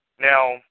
now